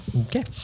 Okay